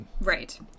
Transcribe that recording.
Right